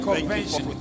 Convention